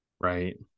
right